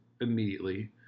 immediately